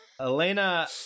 Elena